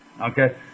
okay